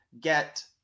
get